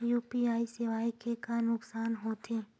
UPI सेवाएं के का नुकसान हो थे?